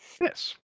Yes